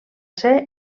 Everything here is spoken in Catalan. ser